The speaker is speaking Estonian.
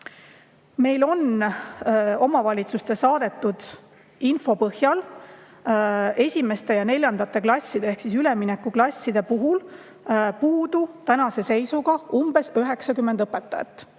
Meil on omavalitsuste saadetud info põhjal esimeste ja neljandate klasside ehk üleminekuklasside puhul puudu umbes 90 õpetajat.